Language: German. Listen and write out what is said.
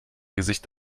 gesicht